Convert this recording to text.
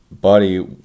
Buddy